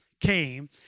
came